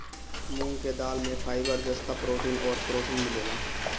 मूंग के दाल में फाइबर, जस्ता, प्रोटीन अउरी प्रोटीन मिलेला